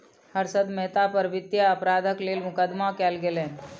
हर्षद मेहता पर वित्तीय अपराधक लेल मुकदमा कयल गेलैन